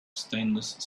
stainless